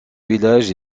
village